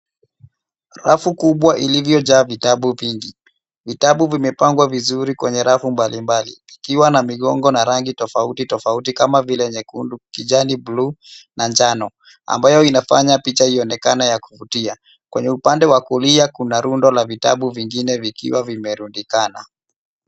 Rafu kubwa iliyojaa vitabu vingi. Vitabu vimepangwa vizuri kwenye rafu mbalimbali vikiwa na migongo na rangi tofauti tofauti kama vile nyekundu, kijani, bluu na njano ambayo ina fanya picha ionekane ya kuvutia. Kwenye upande wa kulia kuna rundo la vitabu vingine vikiwa vime rundikana.